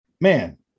man